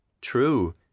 True